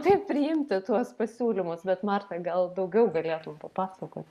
tai priimti tuos pasiūlymus bet marta gal daugiau galėtum papasakot